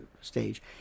stage